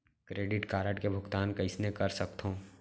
Credit card के भुगतान कइसने कर सकथो?